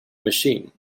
machine